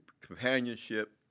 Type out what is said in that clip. companionship